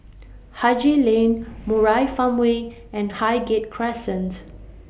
Haji Lane Murai Farmway and Highgate Crescent